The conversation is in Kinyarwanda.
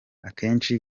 akenshi